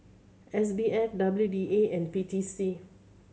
S B F W D A and P T C